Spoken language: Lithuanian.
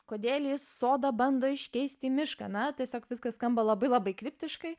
kodėl jis sodą bando iškeist į mišką na tiesiog viskas skamba labai labai kritiškai